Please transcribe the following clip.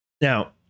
Now